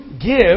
give